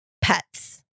pets